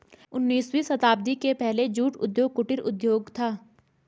उन्नीसवीं शताब्दी के पहले जूट उद्योग कुटीर उद्योग था